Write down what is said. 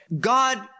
God